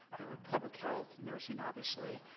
i heard public health, nursing, obviously,